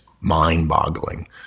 mind-boggling